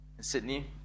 Sydney